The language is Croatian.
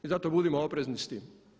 I zato budimo oprezni s tim.